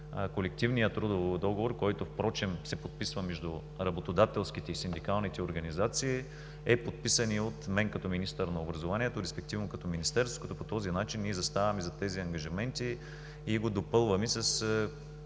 Колективният трудов договор, който впрочем се подписва между работодателските и синдикалните организации, е подписаният от мен като министър на образованието, респективно като Министерство. По този начин ние заставаме зад тези ангажименти и го допълваме